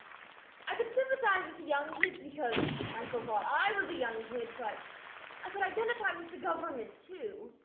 i could sympathize with the young kids because i still thought i was a young kid, but i could identify with the government too.